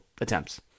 attempts